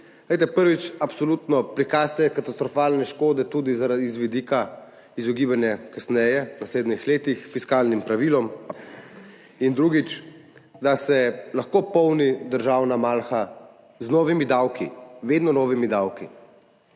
zaradi prikaz te katastrofalne škode z vidika izogibanja kasneje, v naslednjih letih fiskalnim pravilom in, drugič, da se lahko polni državna malha z novimi davki, vedno novimi davki,